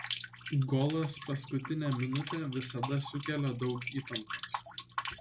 golas paskutinę minutę visada sukelia daug įtampos